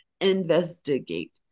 investigate